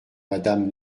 madame